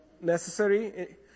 necessary